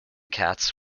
cats